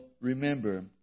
remember